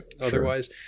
otherwise